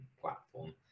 platform